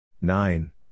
Nine